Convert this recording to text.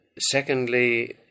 Secondly